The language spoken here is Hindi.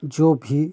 जो भी